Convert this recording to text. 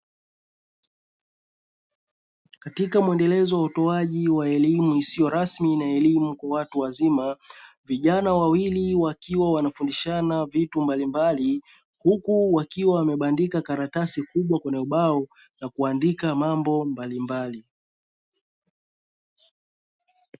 Katika muendelezo wa utoaji wa elimu isiyo rasmi na elimu kwa watu wazima, vijana wawili wakiwa wanafundishana vitu mbalimbali, huku wakiwa wamebandika karatasi kubwa kwenye ubao na kuandika mambo mbalimbali.